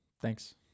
Thanks